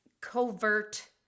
covert